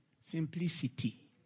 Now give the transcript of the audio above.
Simplicity